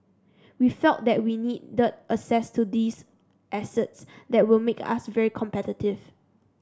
we felt that we needed access to these assets that would make us very competitive